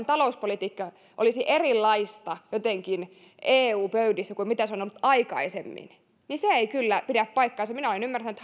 talouspolitiikka olisi jotenkin erilaista eu pöydissä kuin mitä se on ollut aikaisemmin ei kyllä pidä paikkaansa minä olen ymmärtänyt